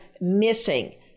missing